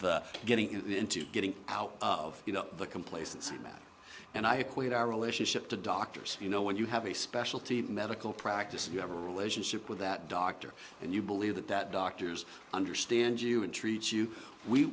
the getting it into getting out of the complacency matt and i equate our relationship to doctors you know when you have a specialty medical practice if you have a relationship with that doctor and you believe that that doctors understand you and treat you we